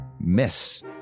miss